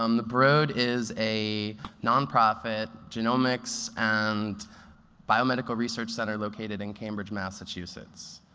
um the broad is a nonprofit genomics and biomedical research center located in cambridge, massachusetts.